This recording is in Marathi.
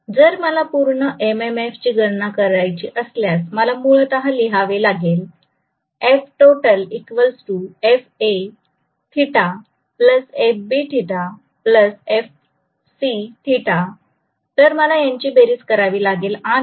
जर मला पूर्ण एम एम एफ ची गणना करायची असल्यास मला मूलतः लिहावे लागेलFTotal FA FB FC तर मला याची बेरीज करावी लागेल आणि iA काय आहे